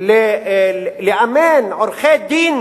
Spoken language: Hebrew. לאמן עורכי-דין